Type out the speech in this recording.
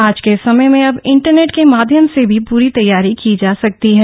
आज के समय में अब इंटनेट के माध्यम से भी पूरी तैयारी की जा सकती है